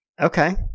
Okay